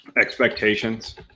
expectations